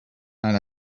and